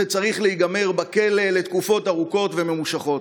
זה צריך להיגמר בכלא לתקופות ארוכות וממושכות.